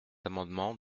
amendement